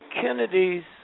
Kennedy's